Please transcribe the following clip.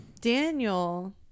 Daniel